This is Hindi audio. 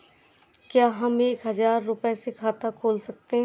क्या हम एक हजार रुपये से खाता खोल सकते हैं?